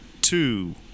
two